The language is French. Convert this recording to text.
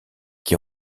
qui